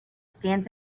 stands